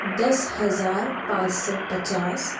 دس ہزار پانچ سو پچاس